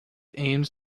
aims